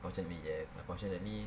fortunately yes unfortunately